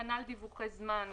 כנ"ל דיווחי זמן,